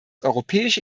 europäische